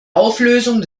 auflösung